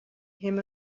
him